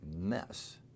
mess